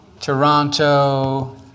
Toronto